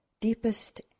deepest